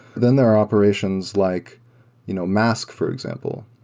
then there are operations like you know mask, for example.